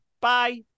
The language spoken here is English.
Bye